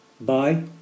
Bye